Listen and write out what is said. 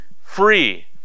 free